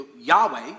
Yahweh